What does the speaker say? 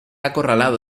acorralado